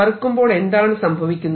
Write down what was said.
വറുക്കുമ്പോൾ എന്താണ് സംഭവിക്കുന്നത്